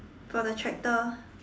for the tractor